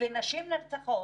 נשים נרצחות.